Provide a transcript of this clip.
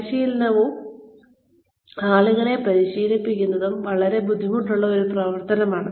പരിശീലനവും ആളുകളെ പരിശീലിപ്പിക്കുകയും വളരെ ബുദ്ധിമുട്ടുള്ള ഒരു പ്രവർത്തനമാണ്